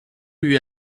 lui